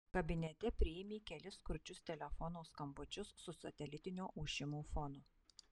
kabinete priėmė kelis kurčius telefono skambučius su satelitinio ošimo fonu